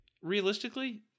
Realistically